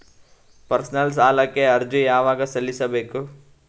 Personal ಸಾಲಕ್ಕೆ ಅರ್ಜಿ ಯವಾಗ ಸಲ್ಲಿಸಬೇಕು?